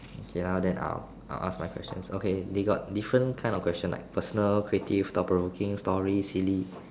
okay ah then I'll I'll ask my questions okay they got different kind of question like personal creative thought provoking story silly